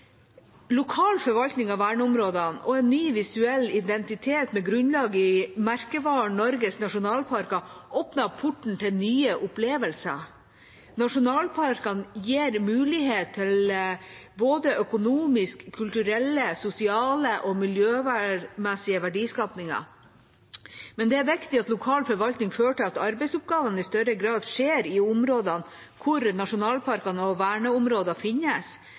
Lokal forvaltning av verneområdene og en ny visuell identitet med grunnlag i merkevaren Norges nasjonalparker åpner porten til nye opplevelser. Nasjonalparkene gir mulighet for både økonomisk, kulturell, sosial og miljømessig verdiskaping, men det er viktig at lokal forvaltning fører til at arbeidsoppgavene i større grad skjer i områdene der nasjonalparkene og verneområdene finnes.